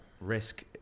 risk